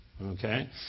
Okay